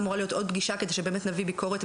יכול להיות שלא חסר והבעיה היא אכיפה.